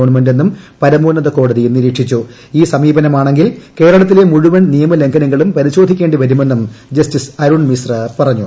ഗവൺമെന്റെന്നും പരമോന്നത കോടതി ഈ സമീപനമാണെങ്കിൽ കേരളത്തിലെ മുഴുവൻ നിയമലംഘനങ്ങളും പരിശോധിക്കേണ്ടി വരുമെന്നും ജസ്റ്റിസ് അരുൺ മിശ്ര പറഞ്ഞു